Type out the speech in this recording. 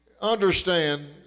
understand